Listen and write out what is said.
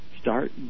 Start